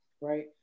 right